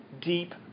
deep